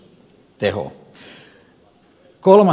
kolmas asia